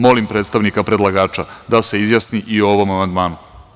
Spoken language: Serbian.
Molim predstavnika predlagača da se izjasni i ovom amandmanu.